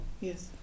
Yes